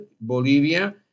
Bolivia